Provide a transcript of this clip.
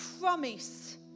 promise